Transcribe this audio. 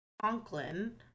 Conklin